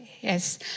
yes